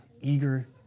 eager